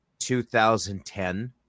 2010